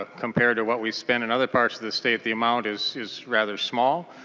ah compared to what we spend in other parts of the state the amount is is rather small.